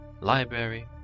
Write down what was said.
library